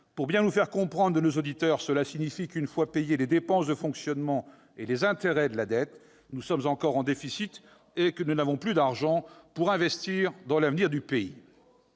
déficit primaire important. En clair, cela signifie qu'une fois payés les dépenses de fonctionnement et les intérêts de la dette, nous sommes encore en déficit et que nous n'avons plus d'argent pour investir dans l'avenir du pays.